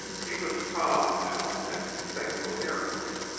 he was calm now, and could think coherently.